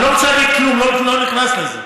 אני לא רוצה להגיד כלום, לא נכנס לזה,